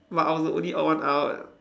but I was the only odd one out